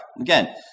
Again